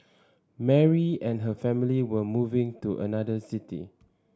Mary and her family were moving to another city